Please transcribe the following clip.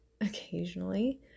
occasionally